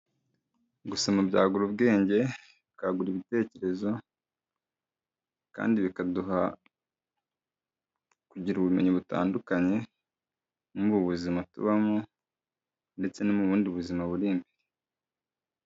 Gusoma byagura ubwenge, bikagura ibitekerezo kandi bikaduha kugira ubumenyi butandukanye muri ubu buzima tubamo ndetse no mu bundi buzima buri imbere.